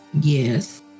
Yes